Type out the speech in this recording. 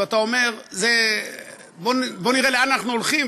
ואתה אומר: בוא נראה לאן אנחנו הולכים,